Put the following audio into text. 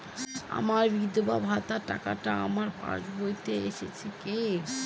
আমার বিধবা ভাতার টাকাটা আমার পাসবইতে এসেছে কি?